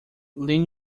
lean